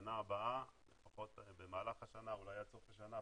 שבשנה הבאה לפחות במהלך השנה אולי עד סוף השנה,